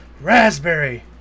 Raspberry